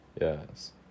yes